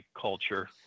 culture